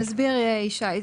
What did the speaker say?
תסביר ישי,